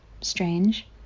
strange